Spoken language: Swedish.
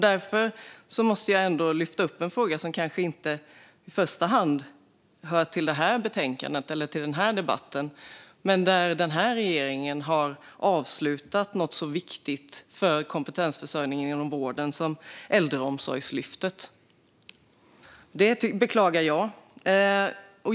Därför måste jag ta upp en fråga som kanske inte i första hand hör till det här betänkandet eller till den här debatten. Regeringen har avslutat något som är viktigt för kompetensförsörjningen inom vården, nämligen Äldreomsorgslyftet. Det beklagar jag.